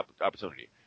opportunity